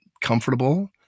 comfortable